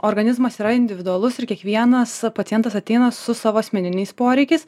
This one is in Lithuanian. organizmas yra individualus ir kiekvienas pacientas ateina su savo asmeniniais poreikiais